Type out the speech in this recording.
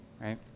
right